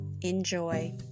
Enjoy